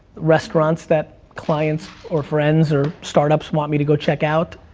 restaurants that clients or friends or startups want me to go check out.